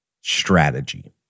strategy